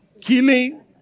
killing